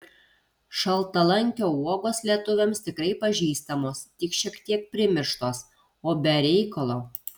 šaltalankio uogos lietuviams tikrai pažįstamos tik šiek tiek primirštos o be reikalo